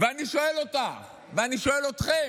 אני שואל אותך, אני שואל אתכם,